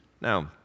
Now